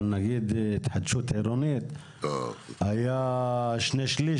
אבל למשל התחדשות עירונית היה שני-שליש,